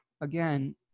again